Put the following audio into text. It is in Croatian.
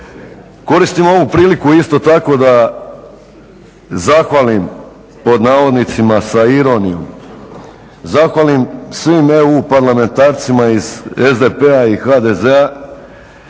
Koristim ovu priliku isto tako da "zahvalim" sa ironijom zahvalim svim EU parlamentarcima iz SDP-a i HDZ-a